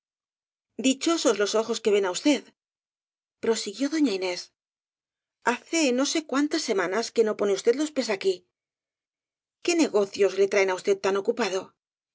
dichosos los ojos que ven á usted prosiguió doña inés hace no sé cuántas semanas que no pone usted los pies aquí qué negocios le traen á usted tan ocupado